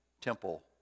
temple